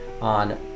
on